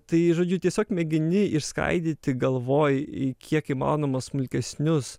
tai žodžiu tiesiog mėgini išskaidyti galvoji į kiek įmanoma smulkesnius